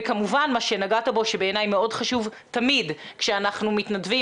וכמובן מה שנגעת בו שבעיניי מאוד חשוב תמיד: כשאנחנו מתנדבים,